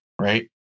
right